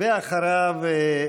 ואחריו,